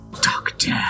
Doctor